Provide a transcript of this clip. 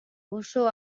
oso